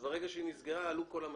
זה העלו את